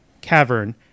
Cavern